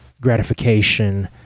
gratification